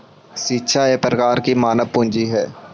शिक्षा एक प्रकार के मानव पूंजी हइ